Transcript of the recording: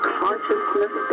consciousness